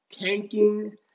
tanking